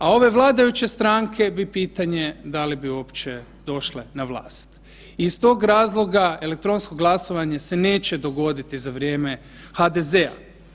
A ove vladajuće stranke bi pitanje da li bi uopće došle na vlast i iz tog razloga elektronsko glasovanje se neće dogoditi za vrijeme HDZ-a.